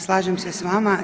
Slažem se s vama.